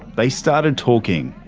they started talking.